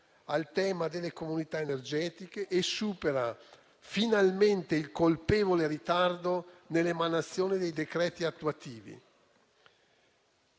al tema delle comunità energetiche e supera finalmente il colpevole ritardo nell'emanazione dei decreti attuativi.